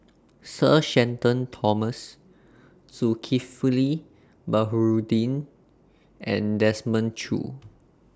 Sir Shenton Thomas Zulkifli Baharudin and Desmond Choo